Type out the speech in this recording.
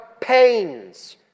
pains